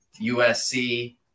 USC